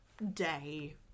day